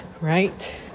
right